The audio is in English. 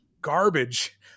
garbage